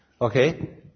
Okay